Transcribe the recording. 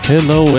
Hello